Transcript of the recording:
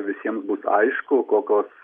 visiems bus aišku kokios